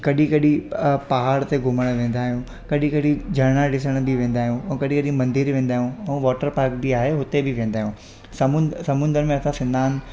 कॾहिं कॾहिं अ पहाड़ ते घुमणु वेंदा आहियूं कॾहिं कॾहिं झरना ॾिसणु बि वेंदा आहियूं ऐं कॾहिं कॾहिं मंदिरु वेंदा आहियूं ऐं वॉटर पार्क बि आहे हुते बि वेंदा आहियूं समु समुंड में असां सनानु